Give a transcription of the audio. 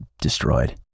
destroyed